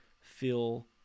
feel